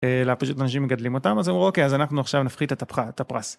אלא פשוט אנשים מגדלים אותם אז הם אמרו אוקיי אז אנחנו עכשיו נפחית את הפרס.